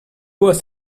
was